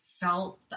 felt